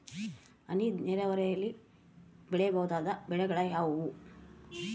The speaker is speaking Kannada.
ಹನಿ ನೇರಾವರಿಯಲ್ಲಿ ಬೆಳೆಯಬಹುದಾದ ಬೆಳೆಗಳು ಯಾವುವು?